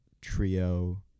trio